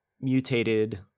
mutated